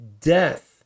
death